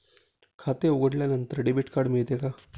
खाते उघडल्यानंतर debit card मिळते का?